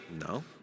No